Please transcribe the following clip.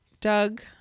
Doug